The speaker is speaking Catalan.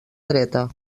dreta